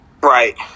Right